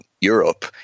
Europe